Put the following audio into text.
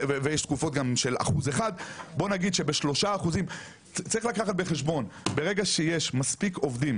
ויש תקופות גם של 1%. צריך לקחת בחשבון ברגע שיש מספיק עובדים